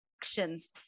actions